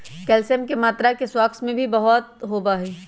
calcium के मात्रा भी स्क्वाश में बहुत होबा हई